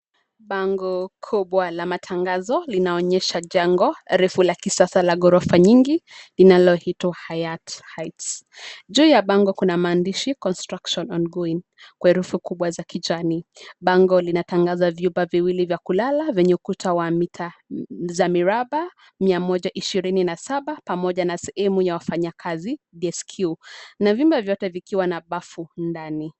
Bango kubwa la matangazo linaonyesha jengo refu la kisasa la ghorofa nyingi, linaloitwa HAYAT HEIGHTS. Juu ya bango kuna maandishi construction ongoing kwa herufi kubwa za kijani. Bango linatangaza vyumba viwili vya kulala vyenye ukuta wa mita za miraba mia moja ishirini na saba, pamoja na sehemu ya wafanyakazi DSQ , na vyumba vyote vikiwa na bafu ndani.